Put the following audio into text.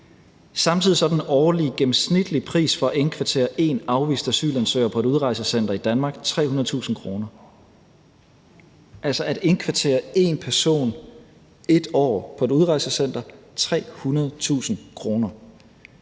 Samtidig er den årlige gennemsnitlige pris for at indkvartere én afvist asylansøger på et udrejsecenter i Danmark 300.000 kr. – altså 300.000 kr. for at indkvartere én person i ét år på et udrejsecenter. Det